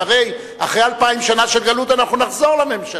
שהרי אחרי אלפיים שנה של גלות אנחנו נחזור לממשלה.